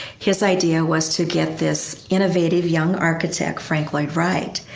his idea was to get this innovative young architect, frank lloyd wright,